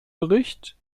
bericht